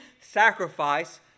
sacrifice